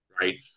right